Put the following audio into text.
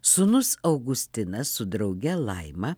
sūnus augustinas su drauge laima